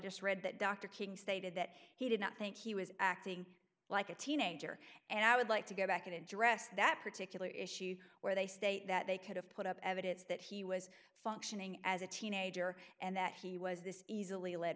just read that dr king stated that he did not think he was acting like a teenager and i would like to go back address that particular issue where they state that they could have put up evidence that he was functioning as a teenager and that he was this easily led